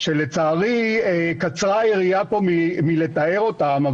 שלצערי קצרה היריעה פה מלתאר אותם,